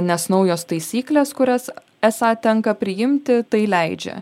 nes naujos taisyklės kurias esą tenka priimti tai leidžia